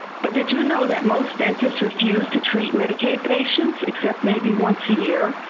but did you know that most dentists refuse to treat medicaid patients except maybe once a year?